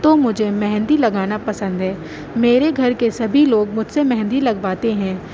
تو مجھے مہندی لگانا پسند ہے میرے گھر کے سبھی لوگ مجھ سے مہندی لگواتے ہیں